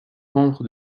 membre